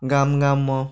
गाम गाममे